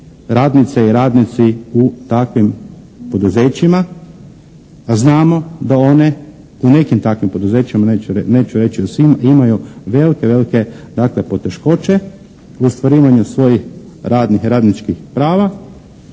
radnice i radnici u takvim poduzećima, a znamo da one u nekim takvim poduzećima neću reći u svima imaju velike, velike dakle poteškoće u ostvarivanju svojih radničkih prava,